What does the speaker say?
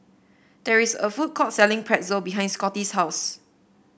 there is a food court selling Pretzel behind Scottie's house